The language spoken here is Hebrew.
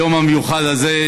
היום המיוחד הזה,